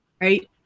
right